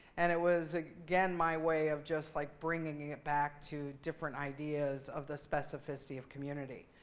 and it was, again, my way of just like bringing it back to different ideas of the specificity of community.